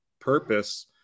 purpose